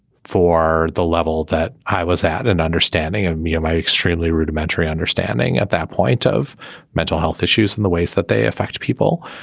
for the level that i was at an understanding of me am my extremely rudimentary understanding at that point of mental health issues in the ways that they affect people.